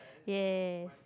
yes